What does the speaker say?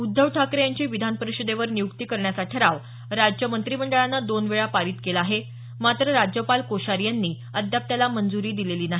उद्धव ठाकरे यांची विधानपरिषदेवर नियुक्ती करण्याचा ठराव राज्य मंत्रिमंडळानं दोन वेळा पारित केला आहे मात्र राज्यपाल कोश्यारी यांनी अद्याप त्याला मंजुरी दिलेली नाही